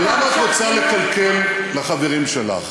אבל למה את רוצה לקלקל לחברים שלך?